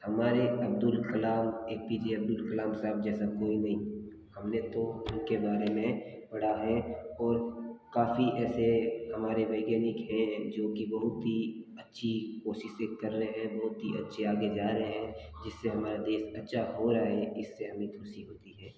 हमारे Abdul Kalam A P J Abdul Kalam साहब जैसा कोई नहीं हमने तो उनके बारे में पढ़ा है और काफ़ी ऐसे हमारे वैज्ञानिक हैं जो कि बहुत ही अच्छी कोशिशें कर रहे हैं बहुत ही अच्छे आगे जा रहें हैं जिससे हमारा देश अच्छा हो रहा है इससे हमें खुशी होती है